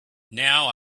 now